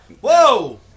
Whoa